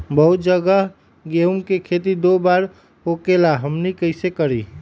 बहुत जगह गेंहू के खेती दो बार होखेला हमनी कैसे करी?